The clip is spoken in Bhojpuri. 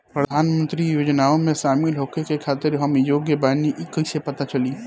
प्रधान मंत्री योजनओं में शामिल होखे के खातिर हम योग्य बानी ई कईसे पता चली?